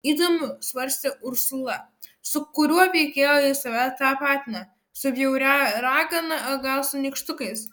įdomu svarstė ursula su kuriuo veikėju jis save tapatina su bjauria ragana o gal su nykštukais